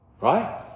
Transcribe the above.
Right